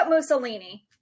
Mussolini